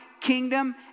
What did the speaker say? kingdom